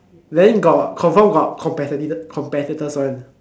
then got confirm got competitor competitors one